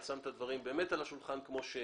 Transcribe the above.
אם אני לרגע אחד שם את הדברים על השולחן כמו שהם,